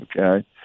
okay